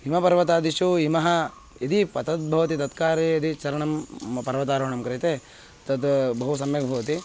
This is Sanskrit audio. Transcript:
हिमपर्वतादिषु हिमः यदि पतद् भवति तत्कारणे यदि चारणं पर्वतारोहणं क्रियते तद् बहु सम्यक् भवति